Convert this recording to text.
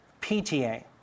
PTA